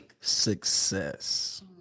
success